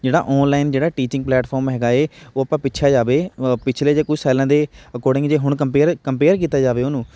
ਜਿਹੜਾ ਔਨਲਾਈਨ ਜਿਹੜਾ teaching platform ਹੈਗਾ ਹੈ ਉਹ ਆਪਾਂ ਪੁੱਛਿਆ ਜਾਵੇ ਪਿਛਲੇ ਜੇ ਕੁਛ ਸਾਲਾਂ ਦੇ ਅਕੋਡਿੰਗ ਜੇ ਹੁਣ ਕੰਮਪੇਅਰ ਕੰਮਪੇਅਰ ਕੀਤਾ ਜਾਵੇ ਉਹਨੂੰ